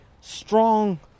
strong